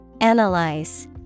Analyze